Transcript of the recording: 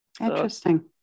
Interesting